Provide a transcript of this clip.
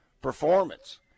performance